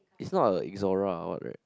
it's not a Exora or what right